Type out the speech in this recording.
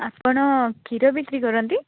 ଆପଣ କ୍ଷୀର ବିକ୍ରି କରନ୍ତି